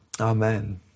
Amen